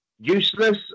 useless